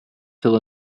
till